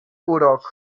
urok